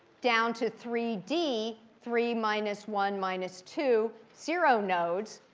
down to three d, three minus one minus two, zero nodes.